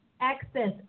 access